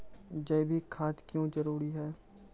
जैविक खाद क्यो जरूरी हैं?